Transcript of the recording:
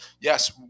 yes